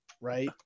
right